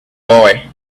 boy